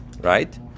right